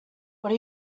what